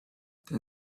then